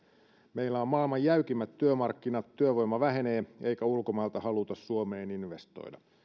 meillä on maailman jäykimmät työmarkkinat työvoima vähenee eikä ulkomailta haluta suomeen investoida